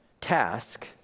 task